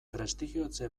prestigiotze